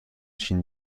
چین